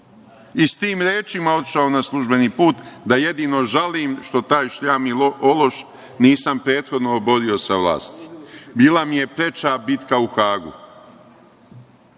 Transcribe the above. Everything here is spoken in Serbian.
I sa tim rečima otišao na službeni put, da jedino žalim što taj šljam i ološ nisam prethodno oborio sa vlasti, bila mi je preča bitka u Hagu. Prema